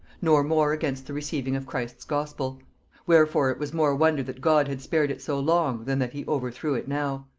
nor more against the receiving of christ's gospel wherefore it was more wonder that god had spared it so long, than that he overthrew it now.